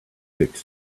fix